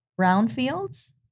Brownfields